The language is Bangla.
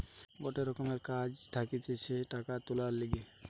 গটে রকমের কাগজ থাকতিছে টাকা তুলার লিগে